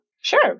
sure